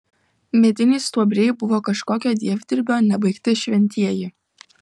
mediniai stuobriai buvo kažkokio dievdirbio nebaigti šventieji